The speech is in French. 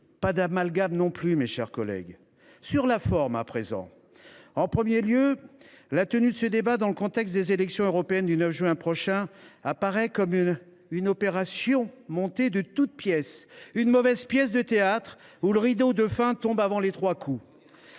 des amalgames, mes chers collègues. J’en viens à présent à la forme. En premier lieu, la tenue de ce débat dans le contexte des élections européennes du 9 juin prochain apparaît comme une opération montée de toutes pièces, une mauvaise pièce de théâtre où le rideau de fin tombe avant les trois coups.